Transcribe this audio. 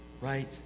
Right